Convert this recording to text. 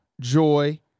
joy